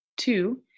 Two